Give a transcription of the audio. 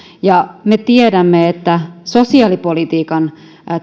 me tiedämme että sosiaalipolitiikan